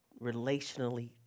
relationally